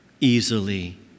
easily